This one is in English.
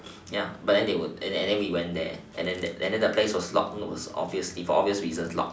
ya but then they were and then we went there and then the place was locked no was obviously it was for obvious reasons locked